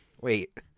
Wait